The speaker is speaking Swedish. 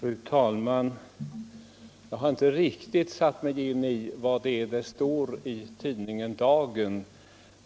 Fru talman! Jag har inte riktigt satt mig in i vad som står i tidningen Dagen.